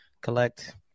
collect